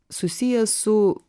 susijęs su